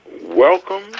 welcome